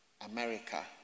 America